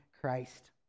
Christ